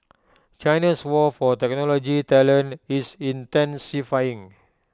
China's war for technology talent is intensifying